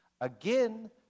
Again